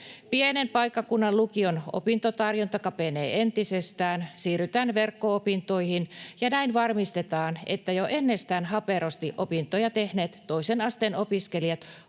Pienen paikkakunnan lukion opintotarjonta kapenee entisestään, siirrytään verkko-opintoihin ja näin varmistetaan, että jo ennestään haperosti opintoja tehneet toisen asteen opiskelijat